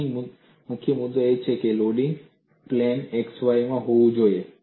અહીં મુખ્ય મુદ્દો એ છે કે લોડિંગ પ્લેન x y માં હોવું જોઈએ